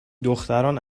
دختران